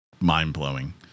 mind-blowing